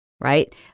right